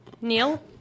Neil